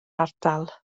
ardal